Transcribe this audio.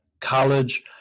College